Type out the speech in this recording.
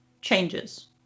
changes